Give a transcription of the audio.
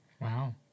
wow